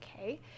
okay